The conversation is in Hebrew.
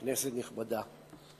כנסת נכבדה,